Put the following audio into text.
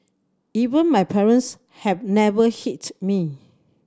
even my parents have never hit me